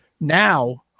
Now